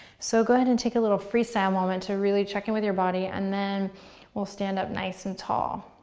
so go ahead and take a little freestyle moment to really check in with your body, and then we'll stand up nice and tall.